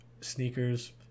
sneakers